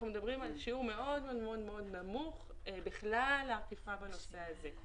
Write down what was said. אנחנו מדברים על שיעור מאוד מאוד נמוך בכלל האכיפה בנושא הזה.